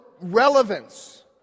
relevance